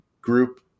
group